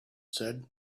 said